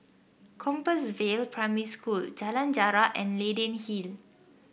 Compassvale Primary School Jalan Jarak and Leyden Hill